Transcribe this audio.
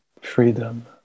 freedom